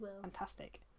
fantastic